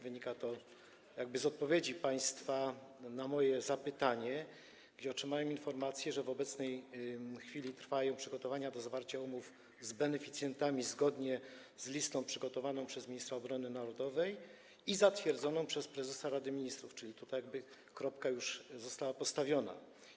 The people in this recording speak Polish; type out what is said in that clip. Wynika to z odpowiedzi państwa na moje zapytanie, w którym otrzymałem informację, że w obecnej chwili trwają przygotowania do zawarcia umów z beneficjentami zgodnie z listą przygotowaną przez ministra obrony narodowej i zatwierdzoną przez prezesa Rady Ministrów, czyli tu kropka już została postawiona.